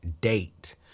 date